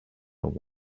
but